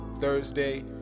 thursday